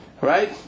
Right